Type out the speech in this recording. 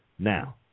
Now